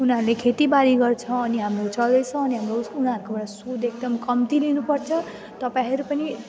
उनीहरूले खेतीबारी गर्छ अनि हाम्रो चल्दैछ अनि हाम्रो उनीहरूकोबाट सुद एकदम कम्ती लिनुपर्छ तपाईँहरू पनि